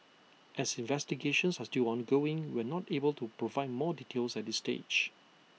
as investigations are still ongoing we are not able to provide more details at this stage